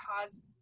cause